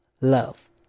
Love